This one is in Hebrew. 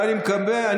אבל תקפיד גם על זה.